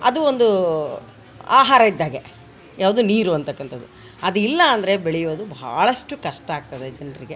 ಅದು ಒಂದು ಆಹಾರ ಇದ್ದಾಗೆ ಯಾವುದು ನೀರು ಅಂತಕ್ಕಂಥದ್ದು ಅದು ಇಲ್ಲ ಅಂದರೆ ಬೆಳೆಯೋದು ಭಾಳಷ್ಟು ಕಷ್ಟ ಆಗ್ತದೆ ಜನರಿಗೆ